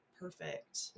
perfect